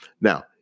Now